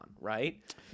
right